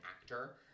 actor